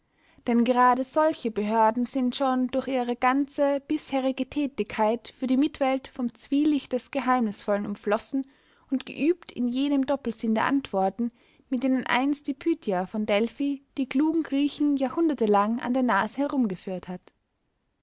denn gerade solche behörden sind schon durch ihre ganze bisherige tätigkeit für die mitwelt vom zwielicht des geheimnisvollen umflossen und geübt in jenem doppelsinn der antworten mit denen einst die pythia von delphi die klugen griechen jahrhundertelang an der nase herumgeführt hat